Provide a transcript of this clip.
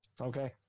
okay